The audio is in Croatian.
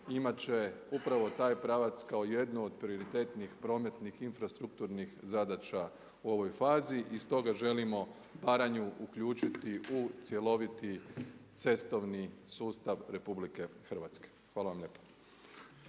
imati će upravo taj pravac kao jednu od prioritetnih prometnih infrastrukturnih zadaća u ovoj fazi. I stoga želimo Baranju uključiti u cjeloviti cestovni sustav RH. Hvala vam lijepa.